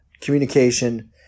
Communication